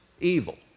evil